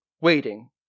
waiting